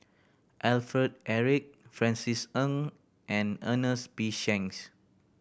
Alfred Eric Francis Ng and Ernest P Shanks